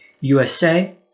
USA